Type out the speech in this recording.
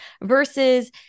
versus